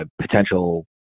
potential